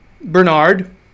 Bernard